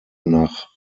nach